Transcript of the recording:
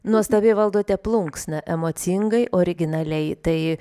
nuostabiai valdote plunksną emocingai originaliai tai